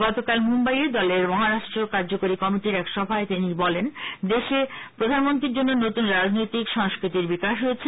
গতকাল মুম্বাইয়ে দলের মহারাষ্ট্র কার্যকরী কমিটির এক সভায় বলেন দেশে প্রধানমন্ত্রীর জন্য নতুন রাজনৈতিক সংস্কৃতির বিকাশ হয়েছে